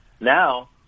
now –